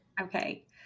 okay